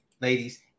ladies